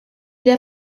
der